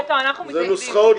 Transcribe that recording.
זה עניין מקצועי, אנחנו מתנגדים.